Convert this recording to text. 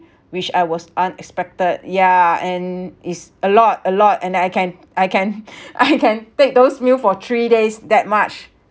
which I was unexpected yeah and it's a lot a lot and I can't I can't I can take those meals for three days that much